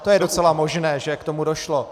To je docela možné, že k tomu došlo.